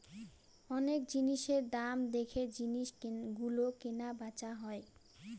অনেক জিনিসের দাম দেখে জিনিস গুলো কেনা বেচা হয়